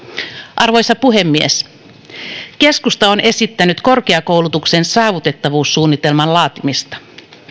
arvoisa puhemies keskusta on esittänyt korkeakoulutuksen saavutettavuussuunnitelman laatimista